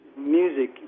music